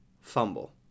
fumble